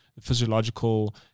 physiological